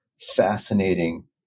fascinating